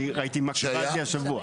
אני ראיתי את מה שקיבלתי השבוע.